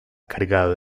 cargado